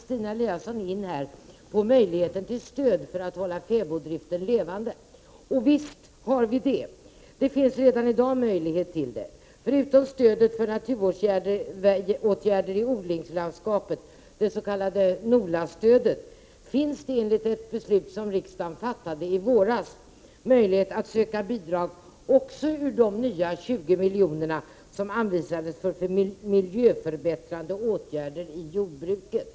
Stina Eliasson gick in på möjligheten till stöd för att hålla fäboddriften levande. Den möjligheten finns redan i dag. Förutom stödet till naturvårdsåtgärder i odlingslandskapet, det s.k. NOLA stödet, finns det genom ett beslut som riksdagen fattade i våras möjlighet att söka bidrag också ur de 20 miljoner som anvisades för miljöförbättrande åtgärder i jordbruket.